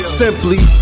simply